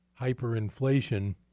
hyperinflation